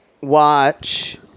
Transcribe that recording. watch